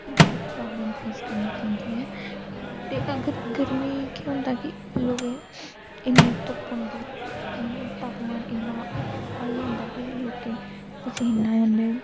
बड़ी problem face करनी पौंदी ऐ ते अगर गर्मी च केह् होंदा कि लोकें इन्नी धुप्प होंदी इन्ना तापमान इन्ना हाई होंदा कि लोकें ई पसीने आई जंदे